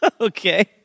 Okay